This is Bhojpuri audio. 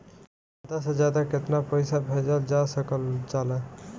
ज्यादा से ज्यादा केताना पैसा भेजल जा सकल जाला?